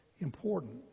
important